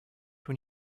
when